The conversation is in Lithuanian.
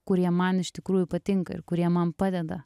kurie man iš tikrųjų patinka ir kurie man padeda